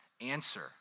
answer